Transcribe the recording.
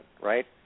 right